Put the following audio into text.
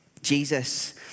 Jesus